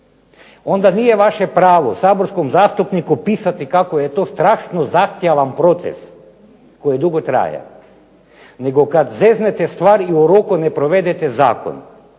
onda nije vaše pravo saborskom zastupniku pisati kako je to strašno zahtjevan proces koji dugo traje, nego kada zeznete stvar i u roku ne provedete zakon,